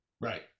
right